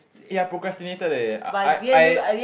ya I procrastinated leh I I I